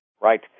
Right